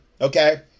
okay